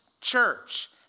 church